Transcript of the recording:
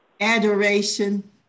Adoration